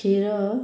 କ୍ଷୀର